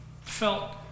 felt